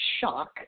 shock